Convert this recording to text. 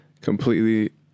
completely